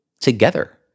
together